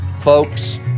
folks